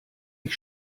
ich